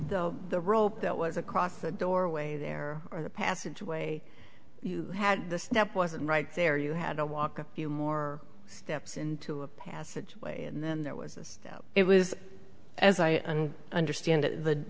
that the rope that was across the doorway there or the passageway had the step wasn't right there you had to walk a few more steps into a passageway and then there was it was as i understand it the